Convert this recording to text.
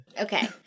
Okay